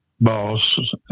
boss